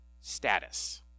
status